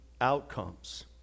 outcomes